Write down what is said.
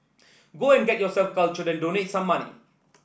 go and get yourself cultured and donate some money